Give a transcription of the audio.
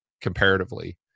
comparatively